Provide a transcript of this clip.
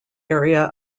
area